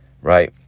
Right